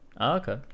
Okay